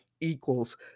equals